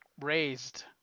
raised